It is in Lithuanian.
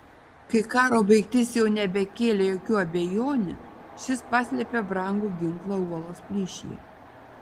kai karo baigtis jau nebekėlė jokių abejonių šis paslėpė brangų ginklą uolos plyšyje